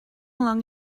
along